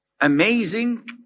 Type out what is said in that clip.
amazing